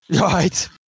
Right